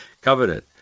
covenant